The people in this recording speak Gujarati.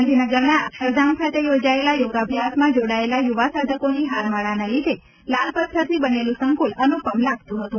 ગાંધીનગરના અક્ષરધામ ખાતે યોજાયેલા યોગાભ્યાસમાં જોડાયેલા યુવા સાધકોની હારમાળાને લીધે લાલ પથ્થરથી બનેલું સંકુલ અનુપમ લાગતું હતું